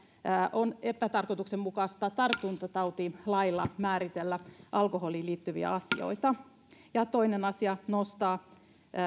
on epätarkoituksenmukaista tartuntatautilailla määritellä alkoholiin liittyviä asioita ja toinen asia nostaa